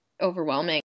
overwhelming